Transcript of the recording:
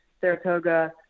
Saratoga